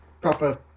proper